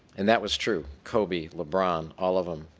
and that was true. kobe, lebron, all of them,